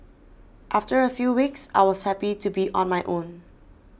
after a few weeks I was happy to be on my own